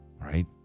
Right